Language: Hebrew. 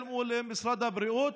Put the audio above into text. אל מול משרד הבריאות,